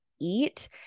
eat